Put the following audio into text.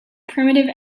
primitive